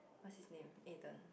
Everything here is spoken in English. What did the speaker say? what's his name Ethan